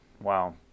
Wow